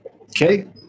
Okay